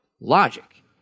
logic